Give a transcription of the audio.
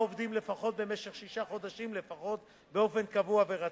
עובדים לפחות ובמשך שישה חודשים לפחות באופן קבוע ורציף.